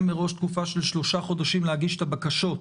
תקופה של שלושה חודשים להגיש את הבקשות.